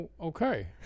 Okay